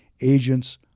agents